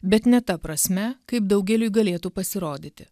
bet ne ta prasme kaip daugeliui galėtų pasirodyti